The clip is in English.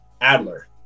Adler